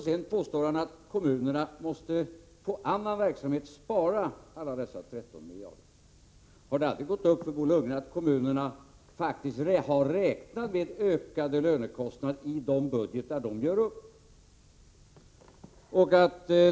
Sedan påstår han att kommunerna på annan verksamhet måste spara alla dessa 13 miljarder. Har det aldrig gått upp för Bo Lundgren att kommunerna har räknat med ökade lönekostnader i de budgetar som de gör upp?